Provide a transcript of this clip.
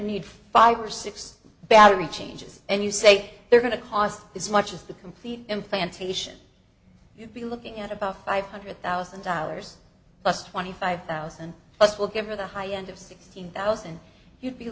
need five or six barry changes and you say they're going to cost as much as the complete implantation you'd be looking at about five hundred thousand dollars plus twenty five thousand dollars plus will give her the high end of sixteen thousand